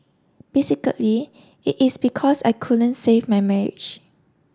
basically it is because I couldn't save my marriage